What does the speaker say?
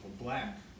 black